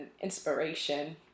inspiration